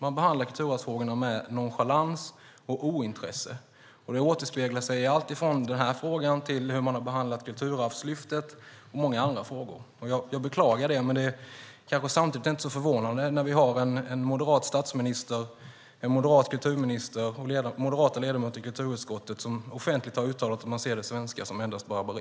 Man behandlar kulturarvsfrågorna med nonchalans och ointresse. Det återspeglar sig i alltifrån denna fråga till hur man har behandlat Kulturarvslyftet och många andra frågor. Jag beklagar det. Men det är kanske samtidigt inte så förvånande när vi har en moderat statsminister, en moderat kulturminister och moderata ledamöter i kulturutskottet som offentligt har uttalat att man ser det svenska som endast barbari.